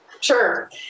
Sure